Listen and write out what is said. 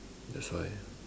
that's why